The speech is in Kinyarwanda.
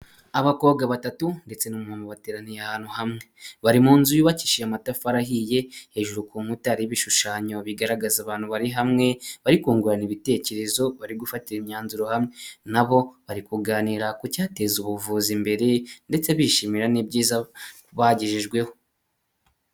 Abakobwa batatu ndetse n’ umuhungu bateraniye ahantu hamwe, bari mu nzu yubakishije amatafari ahiye. Hejuru ku nkuta hariho ibishushanyo bigaragaza abantu bari hamwe, bari kungurana ibitekerezo, bari gufatira imyanzuro hamwe. Nabo bari kuganira ku cyateza ubuvuzi imbere ndetse bishimira n'ibyiza bagejejweho